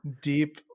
deep